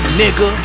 nigga